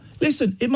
Listen